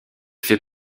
fait